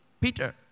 Peter